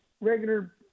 regular